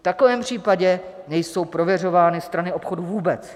V takovém případě nejsou prověřovány strany obchodu vůbec.